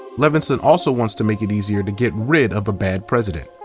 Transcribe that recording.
levinson also wants to make it easier to get rid of a bad president.